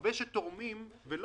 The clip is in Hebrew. רבים תורמים לא